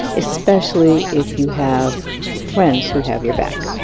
especially if you have friends who have your back.